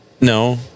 No